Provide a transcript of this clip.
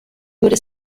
wurde